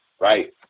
right